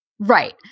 Right